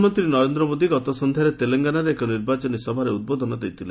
ପ୍ରଧାନମନ୍ତ୍ରୀ ନରେନ୍ଦ୍ର ମୋଦି ଗତ ସନ୍ଧ୍ୟାରେ ତେଲେଙ୍ଗାନାରେ ଏକ ନିର୍ବାଚନୀ ସଭାରେ ଉଦ୍ବୋଧନ ଦେଇଥିଲେ